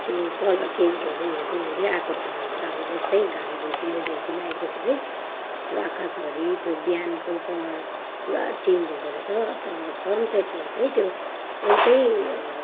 त्यो colour change हुँदै हुँदै हुँदै आएको थाहा हुन्छ अब जस्तै घाम झुल्किँदै झुल्किँदै आए पछि चाहिँ त्यो आकाशभरि त्यो बिहानको कलर पुरा चेन्ज हुँदो रहेछ तर सनसेटमा चाहिँ त्यो एउटै